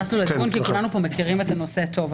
כולנו פה מכירים את הנושא טוב,